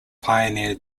pioneer